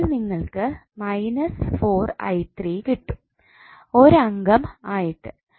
അപ്പോൾ നിങ്ങൾക്ക് കിട്ടും ഒരു അംഗം ആയിട്ട്